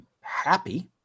happy